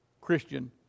Christian